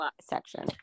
section